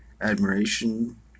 admiration